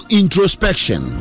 introspection